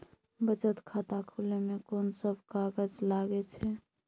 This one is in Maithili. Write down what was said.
बचत खाता खुले मे कोन सब कागज लागे छै?